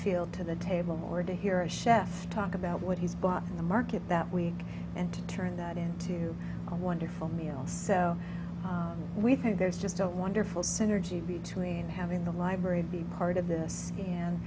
field to the table or to hear a chef talk about what he's bought in the market that week and to turn that into a wonderful meal so we think there's just don't wonderful synergy between having the library be part of this and